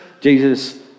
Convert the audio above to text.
Jesus